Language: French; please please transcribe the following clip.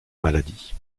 maladie